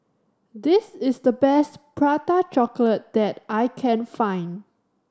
this is the best Prata Chocolate that I can find